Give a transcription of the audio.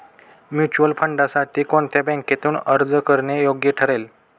Mutual फंडांसाठी कोणत्या बँकेतून अर्ज करणे योग्य ठरेल?